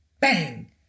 Bang